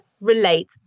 relate